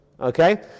okay